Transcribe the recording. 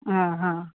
હા હા